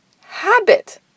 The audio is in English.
habit